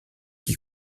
qui